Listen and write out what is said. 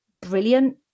brilliant